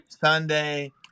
Sunday